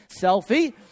selfie